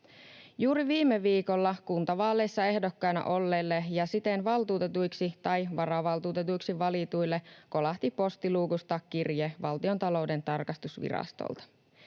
Juuri viime viikolla kuntavaaleissa ehdokkaina olleille ja siten valtuutetuiksi tai varavaltuutetuiksi valituille kolahti postiluukusta kirje Valtiontalouden tarkastusvirastolta.